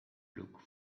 look